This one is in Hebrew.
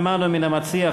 שמענו מן המציע,